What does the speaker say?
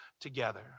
together